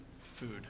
food